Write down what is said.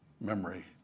memory